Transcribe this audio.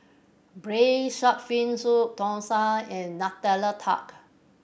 Braised Shark Fin Soup thosai and Nutella Tart